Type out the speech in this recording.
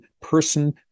person